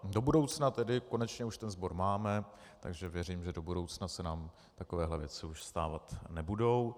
Do budoucna tedy konečně už ten sbor máme, takže věřím, že do budoucna se nám takovéhle věci stávat nebudou.